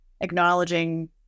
acknowledging